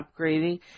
upgrading